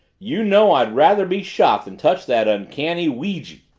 you know i'd rather be shot than touch that uncanny ouijie!